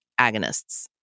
agonists